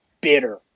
bitter